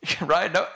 right